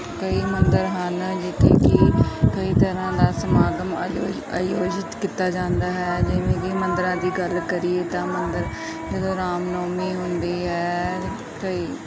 ਕਈ ਮੰਦਰ ਹਨ ਜਿੱਥੇ ਕਿ ਕਈ ਤਰ੍ਹਾਂ ਦਾ ਸਮਾਗਮ ਅਜ ਆਯੋਜਿਤ ਕੀਤਾ ਜਾਂਦਾ ਹੈ ਜਿਵੇਂ ਕਿ ਮੰਦਰਾਂ ਦੀ ਗੱਲ ਕਰੀਏ ਤਾਂ ਮੰਦਰ ਜਦੋਂ ਰਾਮਨੌਮੀ ਹੁੰਦੀ ਹੈ ਅਤੇ